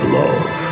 love